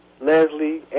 Leslie